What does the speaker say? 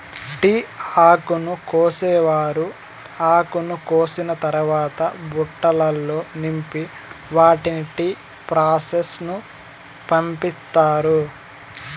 tea ఆకును కోసేవారు ఆకును కోసిన తరవాత బుట్టలల్లో నింపి వాటిని టీ ప్రాసెస్ కు పంపిత్తారు